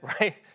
right